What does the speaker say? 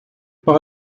par